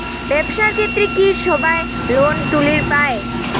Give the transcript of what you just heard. ব্যবসার ক্ষেত্রে কি সবায় লোন তুলির পায়?